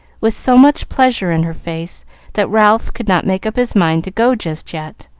with so much pleasure in her face that ralph could not make up his mind to go just yet.